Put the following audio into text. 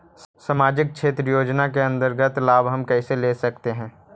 समाजिक क्षेत्र योजना के अंतर्गत लाभ हम कैसे ले सकतें हैं?